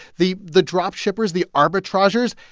the the drop-shippers, the arbitrageurs,